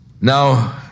Now